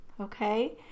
Okay